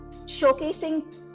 showcasing